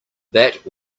that